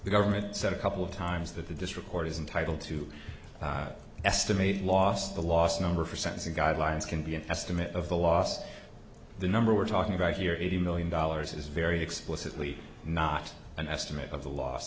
the government said a couple of times that the district court is entitle to estimate loss the last number for sentencing guidelines can be an estimate of the loss the number we're talking about here eighty million dollars is very explicitly not an estimate of the l